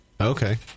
Okay